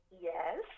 yes